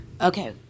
Okay